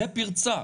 זו פרצה.